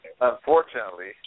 unfortunately